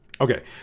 Okay